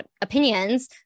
opinions